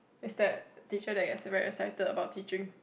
is that teacher that gets very excited about teaching